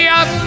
up